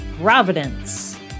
Providence